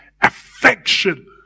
affection